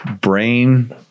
Brain